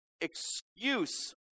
excuse